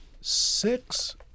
Six